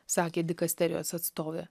sakė dikasterijos atstovė